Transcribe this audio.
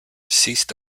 ceased